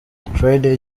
friday